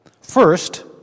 First